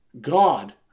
God